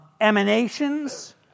emanations